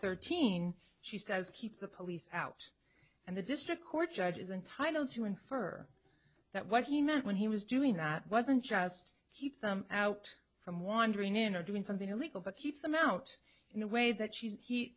thirteen she says keep the police out and the district court judges and title to infer that what he meant when he was doing that wasn't just keep them out from wandering in or doing something illegal but keep them out in a way that she